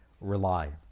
rely